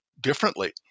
differently